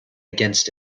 against